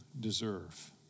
deserve